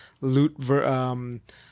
loot